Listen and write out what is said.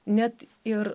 net ir